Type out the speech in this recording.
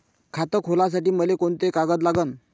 खात खोलासाठी मले कोंते कागद लागन?